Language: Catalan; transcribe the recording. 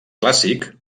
clàssic